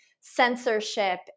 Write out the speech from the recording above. censorship